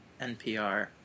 NPR